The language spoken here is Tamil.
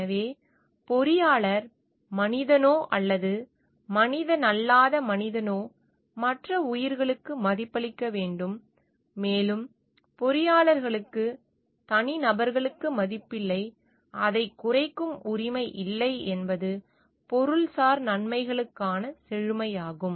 எனவே பொறியாளர் மனிதனோ அல்லது மனிதனல்லாத மனிதனோ மற்ற உயிர்களுக்கு மதிப்பளிக்க வேண்டும் மேலும் பொறியாளர்களுக்கு தனிநபர்களுக்கு மதிப்பில்லை அதைக் குறைக்கும் உரிமை இல்லை என்பது பொருள்சார் நன்மைகளுக்கான செழுமையாகும்